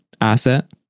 asset